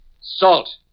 Salt